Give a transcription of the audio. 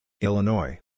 Illinois